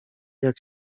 jak